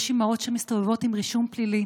יש אימהות שמסתובבות עם רישום פלילי.